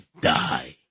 die